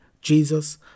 Jesus